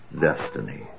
destiny